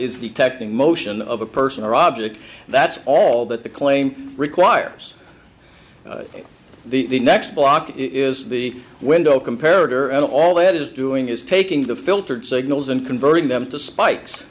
technique motion of a person or object that's all that the claim requires the next block is the window compared her and all it is doing is taking the filtered signals and converting them to spikes